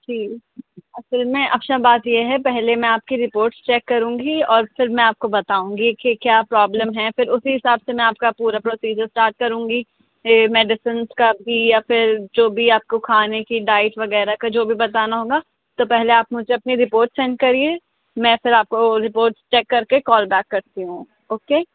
جی اصل میں افشاں بات یہ ہے پہلے میں آپ کی رپوٹ چیک کروں گی اور پھر میں آپ کو بتاؤں گی کہ کیا پرابلم ہے پھر اسی حساب سے میں آپ کا پورا پروسیجر اسٹاٹ کروں گی پھر میڈیسنس کا بھی یا پھرجو بھی آپ کو کھانے کی ڈائٹ وغیرہ کا جو بھی بتانا ہوگا تو پہلے آپ مجھے اپنی رپوٹ سینڈ کریے میں پھر آپ کو وہ رپوٹ چیک کر کے کال بیک کرتی ہوں اوکے